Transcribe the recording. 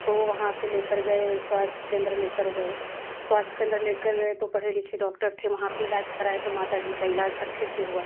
तो वहाँ पर ले कर गए स्वास्थय केंद्र लेकर गए स्वास्थय केंद्र लेकर गए तो पढ़े लिखे डॉक्टर थे वहाँ पर इलाज़ कराए तो माता जी का इलाज़ अच्छे से हुआ